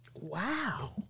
Wow